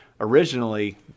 Originally